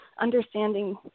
understanding